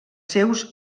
seus